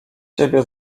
ciebie